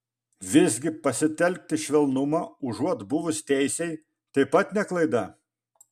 visgi pasitelkti švelnumą užuot buvus teisiai taip pat ne klaida